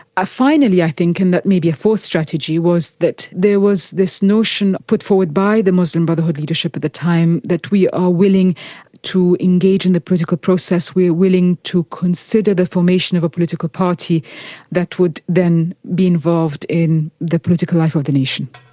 finally i think, and that may be a fourth strategy, was that there was this notion put forward by the muslim brotherhood leadership at the time that we are willing to engage in the political process, we are willing to consider the formation of a political party that would then be involved in the political life of the nation.